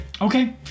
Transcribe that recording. Okay